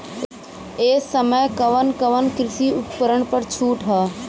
ए समय कवन कवन कृषि उपकरण पर छूट ह?